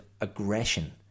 aggression